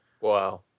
Wow